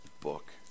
book